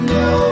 no